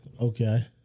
Okay